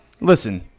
listen